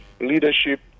leadership